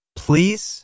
please